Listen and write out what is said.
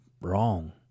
wrong